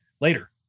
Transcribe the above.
later